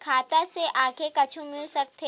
खाता से आगे कुछु मिल सकथे?